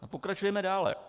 A pokračujeme dále.